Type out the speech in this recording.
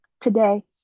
Today